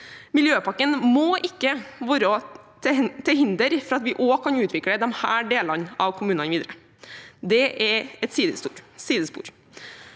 Miljøpakken må ikke være til hinder for at vi også kan utvikle disse delene av kommunene videre. Det er et sidespor.